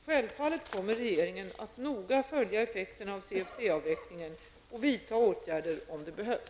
Självfallet kommer regeringen att noga följa effekterna av CFC-avvecklingen och vidta åtgärder om det behövs.